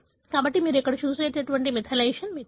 కాబట్టి మీరు ఇక్కడ చూసే మిథైలేషన్ మీకు ఉంది